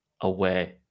away